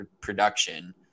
production